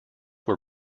were